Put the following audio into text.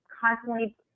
constantly